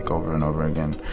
over and over again.